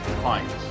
clients